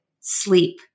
sleep